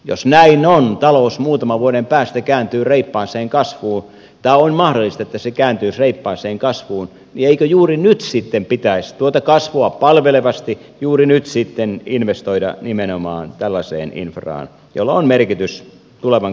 jos näin on että talous muutaman vuoden päästä kääntyy reippaaseen kasvuun tämä on mahdollista että se kääntyisi reippaaseen kasvuun niin eikö juuri nyt sitten pitäisi tuota kasvua palvelevasti investoida nimenomaan tällaiseen infraan jolla on merkitys tulevan kasvun kannalta